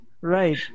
Right